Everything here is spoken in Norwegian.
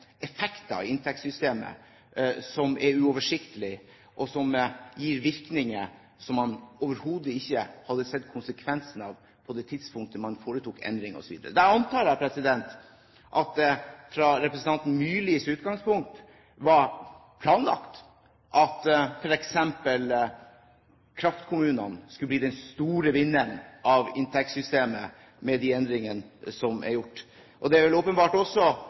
effekt av inntektssystemet som er uoversiktlig, og som gir virkninger som man overhodet ikke hadde sett konsekvensene av på det tidspunktet man foretok endring, osv. Da antar jeg at det, fra representanten Myrlis utgangspunkt, var planlagt at f.eks. kraftkommunene skulle bli den store vinneren i inntektssystemet med de endringene som er gjort. Det er vel åpenbart også